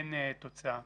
אין תוצאה.